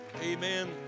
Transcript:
Amen